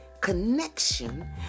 connection